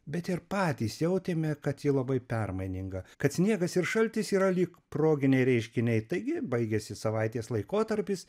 bet ir patys jautėme kad ji labai permaininga kad sniegas ir šaltis yra lyg proginiai reiškiniai taigi baigiasi savaitės laikotarpis